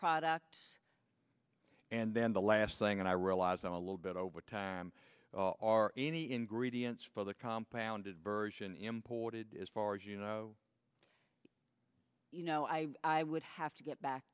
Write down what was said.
product and then the last thing and i realize and a little bit over time are any ingredients for the compound version imported as far as you know you know i i would have to get back